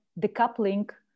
decoupling